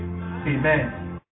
Amen